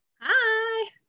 Hi